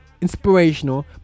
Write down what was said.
inspirational